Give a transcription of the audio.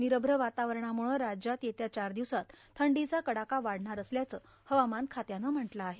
निरश्व वातावरणामुळं राज्यात येत्या चार दिवसात थंडीचा कडाका वाढणार असल्याचं हवामान खात्यानं म्हटलं आहे